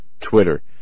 Twitter